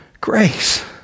grace